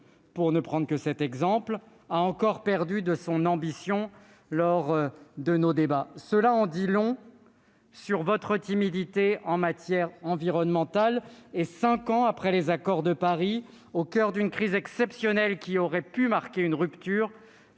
pour ne prendre que cet exemple, a encore perdu de son ambition lors de nos débats. Cela en dit long sur votre timidité en matière environnementale ; cinq ans après les accords de Paris, au coeur d'une crise exceptionnelle qui aurait pu marquer une rupture,